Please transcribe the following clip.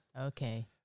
Okay